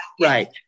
right